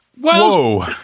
whoa